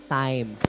time